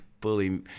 bully